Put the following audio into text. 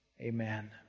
amen